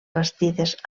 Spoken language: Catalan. bastides